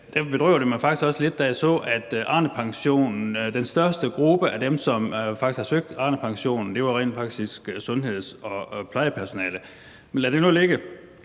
Derfor bedrøvede det mig også lidt, da jeg så, at den største gruppe af dem, som har søgt Arnepension, rent faktisk var sundheds- og plejepersonale. Men lad det nu ligge.